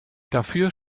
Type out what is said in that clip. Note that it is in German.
dafür